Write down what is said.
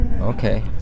Okay